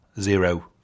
zero